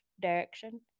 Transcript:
direction